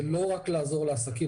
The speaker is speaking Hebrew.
זה לא רק לעזור לעסקים,